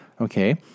Okay